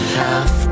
half